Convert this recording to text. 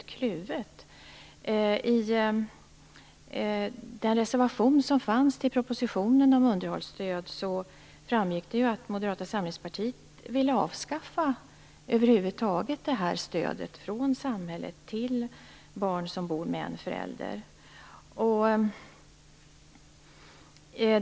I reservationen till förslaget med anledning av propositionen om underhållsstöd framgick det att Moderata samlingspartiet helt ville avskaffa det här stödet från samhället till barn som bor med en förälder.